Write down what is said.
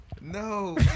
no